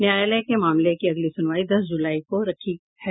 न्यायालय ने मामले की अगली सुनवाई दस जुलाई को रखी है